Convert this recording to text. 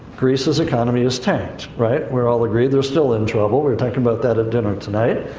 greece's economy is tanked, right. we're all agreed, they're still in trouble, we were talking about that at dinner tonight.